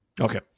Okay